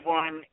one